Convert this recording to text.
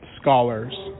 scholars